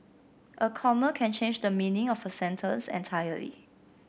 a comma can change the meaning of a sentence entirely